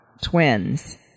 twins